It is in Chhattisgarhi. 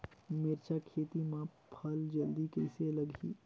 मिरचा खेती मां फल जल्दी कइसे लगही?